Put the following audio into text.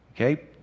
Okay